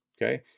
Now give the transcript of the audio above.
Okay